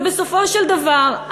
ובסופו של דבר,